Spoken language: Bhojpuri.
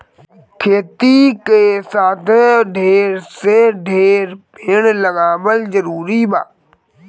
खेती के साथे ढेर से ढेर पेड़ लगावल जरूरी बा